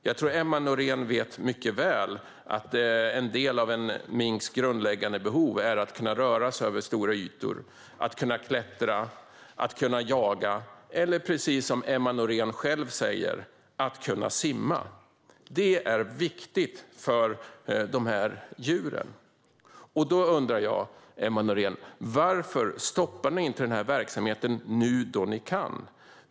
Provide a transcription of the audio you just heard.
Jag tror att Emma Nohrén mycket väl vet att en del av en minks grundläggande behov är att kunna röra sig över stora ytor, att kunna klättra, att kunna jaga eller att, precis som Emma Nohrén själv säger, kunna simma. Det är viktigt för dessa djur. Då undrar jag, Emma Nohrén: Varför stoppar ni inte denna verksamhet nu då ni kan?